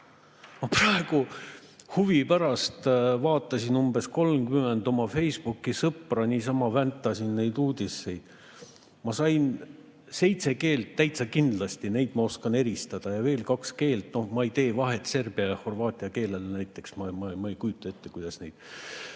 Ma huvi pärast vaatasin umbes 30 oma Facebooki sõpra, niisama väntasin neid uudiseid. Ma sain seitse keelt täitsa kindlasti, neid ma oskan eristada, ja veel kaks keelt. Ma ei tee vahet serbia ja horvaadi keelel näiteks, ma ei kujuta ette, kuidas neid